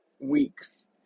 weeks